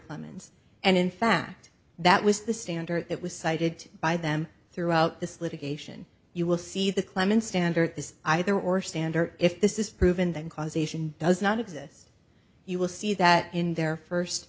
clemens and in fact that was the standard that was cited by them throughout this litigation you will see the clemens standard is either or standard if this is proven that causation does not exist you will see that in their first